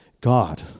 God